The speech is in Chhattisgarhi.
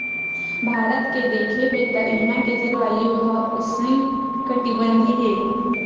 भारत के देखबे त इहां के जलवायु ह उस्नकटिबंधीय हे